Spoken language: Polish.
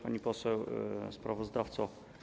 Pani Poseł Sprawozdawco!